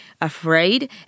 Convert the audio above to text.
afraid